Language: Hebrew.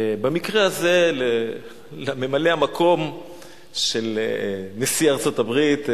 במקרה הזה לממלא המקום של נשיא ארצות-הברית,